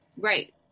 right